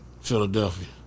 Philadelphia